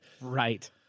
Right